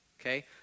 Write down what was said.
Okay